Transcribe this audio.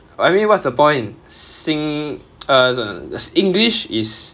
I mean what's the point sing~ err english is